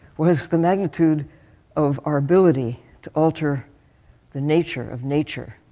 was the magnitude of our ability to alter the nature of nature.